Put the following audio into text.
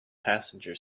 passenger